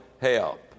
help